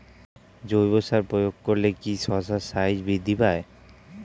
জৈব সার প্রয়োগ করলে কি শশার সাইজ বৃদ্ধি পায়?